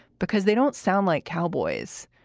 because they don't sound like cowboys.